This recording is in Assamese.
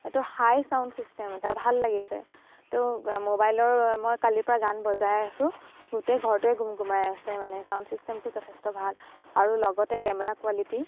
এইটো হাই ছাউণ্ড ছিষ্টেম এটা ভাল লাগিছে তো ম'বাইলৰ মই কালিৰ পৰা গান বজাই আছোঁ গোটেই ঘৰটোৱে গুমগুমাই আছে মানে ছাউণ্ড ছিষ্টেমটো যথেষ্ট ভাল আৰু লগতে কেমেৰা কোৱালিটি